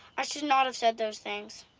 i should not have said those things.